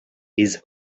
his